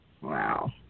Wow